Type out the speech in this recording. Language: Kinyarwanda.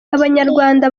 abanyarwanda